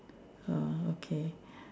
uh okay